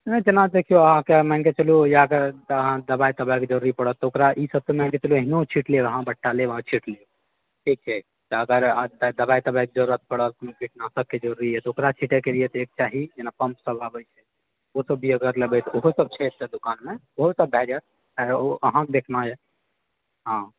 नहि जेना देखियौ अहाँके मानि कऽ चलु या त अहाँ दवाइ तवाइ के जरूरी परत तऽ ओकरा ई सब तऽ मानि कऽ चलु एहनो छिट लेब अहाँ बट्टा लेब आ छिट लेब ठीक छै तऽ अगर दवाइ तवाइ के जरूरत परत कीटनाशक के जरूरी यऽ तऽ ओकरा छिटै के लिए एक चाही जेना पम्प सब आबै छै ओ सब भी अगर लेबै तऽ ओहोसब छै दोकान मे ओहोसब भए जाएत अहाँ के देखना यऽ हँ